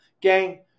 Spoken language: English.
gang